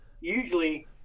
usually